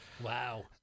Wow